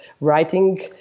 writing